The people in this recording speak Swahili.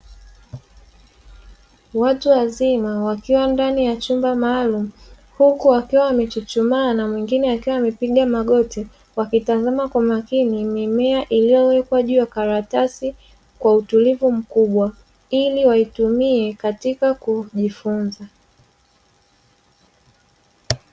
Watu wazima wakiwa ndani ya chumba maalumu huku wakiwa wamechuchumaa na mwingine akiwa amepiga magoti, wakitazama kwa makini mimea iliyowekwa juu ya karatasi kwa utulivu mkubwa ili waitumie katika kujifunza.